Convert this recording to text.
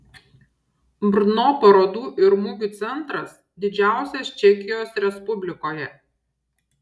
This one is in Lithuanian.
brno parodų ir mugių centras didžiausias čekijos respublikoje